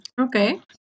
Okay